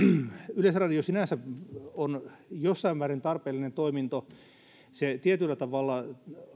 yleisradio sinänsä on jossain määrin tarpeellinen toiminto se tietyllä tavalla